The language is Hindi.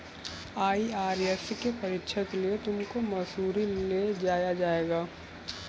आई.आर.एस के प्रशिक्षण के लिए तुमको मसूरी ले जाया जाएगा